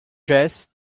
dressed